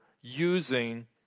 using